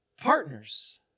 Partners